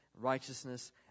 righteousness